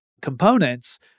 components